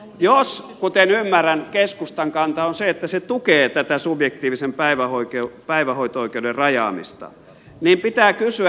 jos kuten ymmärrän keskustan kanta on se että se tukee tätä subjektiivisen päivähoito oikeuden rajaamista niin pitää kysyä